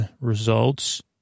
results